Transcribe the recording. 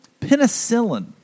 penicillin